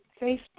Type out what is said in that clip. Facebook